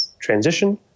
transition